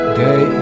day